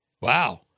Wow